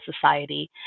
society